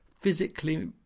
physically